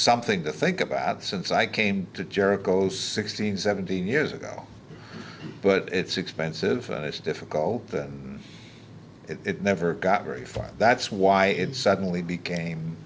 something to think about since i came to jericho sixteen seventeen years ago but it's expensive and it's difficult it never got very far that's why it suddenly became